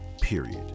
Period